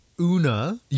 Una